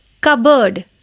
Cupboard